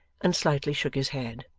and slightly shook his head.